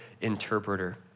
interpreter